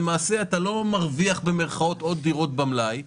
למעשה, אתה לא "מרוויח" עוד דירות במלאי.